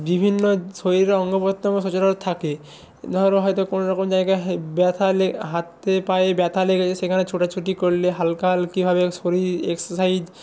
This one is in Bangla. বিভিন্ন শরীরের অঙ্গপ্রত্যঙ্গ সচল থাকে ধরো হয়তো কোনওরকম জায়গায় হয় ব্যথা হাতে পায়ে ব্যথা লেগেছে সেখানে ছোটাছুটি করলে হালকা হালকিভাবে শরীর এক্সার্সাইজ